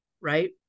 Right